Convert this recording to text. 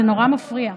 זה נורא מפריע.